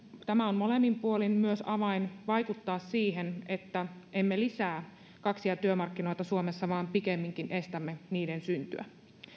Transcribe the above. tämä on molemmin puolin myös avain vaikuttaa siihen että emme lisää kaksia työmarkkinoita suomessa vaan pikemminkin estämme niiden syntyä